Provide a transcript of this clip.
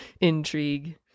intrigue